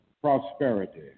prosperity